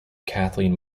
kathleen